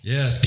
Yes